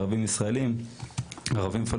ערבים ישראלים ופלסטינים,